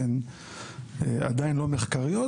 שהן עדיין לא מחקריות.